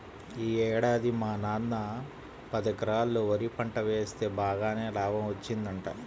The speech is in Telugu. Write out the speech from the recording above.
యీ ఏడాది మా నాన్న పదెకరాల్లో వరి పంట వేస్తె బాగానే లాభం వచ్చిందంట